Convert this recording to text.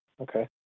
Okay